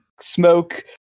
Smoke